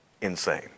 insane